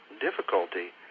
difficulty